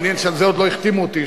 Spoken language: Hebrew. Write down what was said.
מעניין שעל זה עוד לא החתימו אותי,